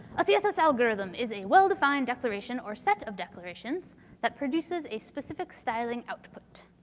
a css algorithm is a well defined declaration or set of declarations that produces a specific styling output.